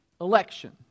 election